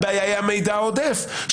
הבעיה היא המידע העודף.